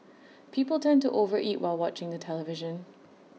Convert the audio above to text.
people tend to over eat while watching the television